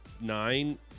nine